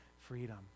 freedom